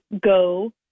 go